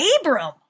Abram